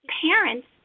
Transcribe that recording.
parents